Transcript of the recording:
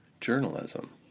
journalism